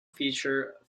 feature